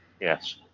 Yes